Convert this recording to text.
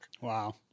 wow